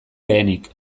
lehenik